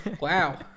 wow